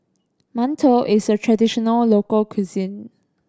mantou is a traditional local cuisine